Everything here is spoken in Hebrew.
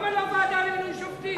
למה לא הוועדה למינוי שופטים?